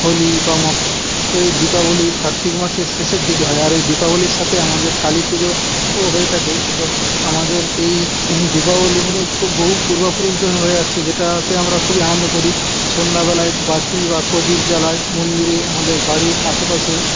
হোলি বা মকর তো এই দীপাবলী কার্তিক মাসের শেষের দিকে হয় আর এই দীপাবলীর সাথে আমাদের কালিপুজোও হয়ে থাকে তো আমাদের এই দীপাবলী হল খুব বহু পূর্বপুরুষ ধরে হয়ে আসছে যেটাতে আমরা খুবই আনন্দ করি সন্ধ্যাবেলায় বাতি বা প্রদীপ জ্বালাই মন্দিরে আমাদের বাড়ির আশেপাশে